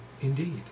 indeed